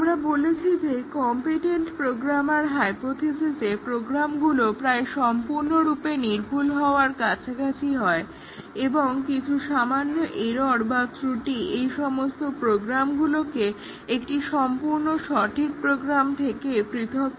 আমরা বলেছি যে কম্পিটেন্ট প্রোগ্রামার হাইপোথিসিসে প্রোগ্রামগুলো প্রায় সম্পূর্ণরূপে নির্ভুল হওয়ার কাছাকাছি হয় এবং কিছু সামান্য এরর্ বা ত্রুটি এই সমস্ত প্রোগ্রামগুলোকে একটি সম্পূর্ণ সঠিক প্রোগ্রাম থেকে পৃথক করে